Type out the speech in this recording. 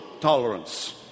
tolerance